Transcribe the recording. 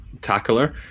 tackler